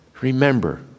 Remember